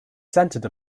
centered